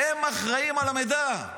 הם אחראים למידע.